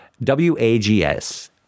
W-A-G-S